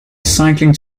cycling